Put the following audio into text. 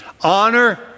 Honor